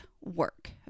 work